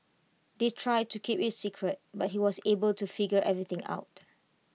they tried to keep IT A secret but he was able to figure everything out